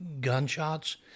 gunshots